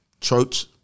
church